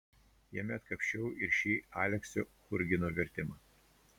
jame atkapsčiau ir šį aleksio churgino vertimą